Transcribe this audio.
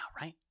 right